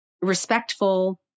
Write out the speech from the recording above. respectful